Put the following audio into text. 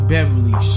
Beverly